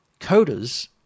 coders